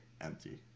empty